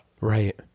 Right